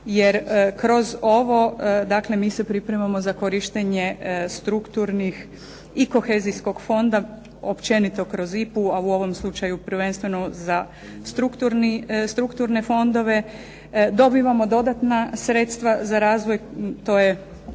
jer kroz ovo dakle mi se pripremamo za korištenje strukturnih i kohezijskog fonda općenito kroz IPA-u, a u ovom slučaju prvenstveno za strukturne fondove, dobivamo dodatna sredstva za razvoj. To je